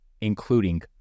including